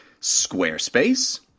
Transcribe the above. Squarespace